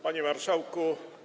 Panie Marszałku!